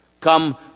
come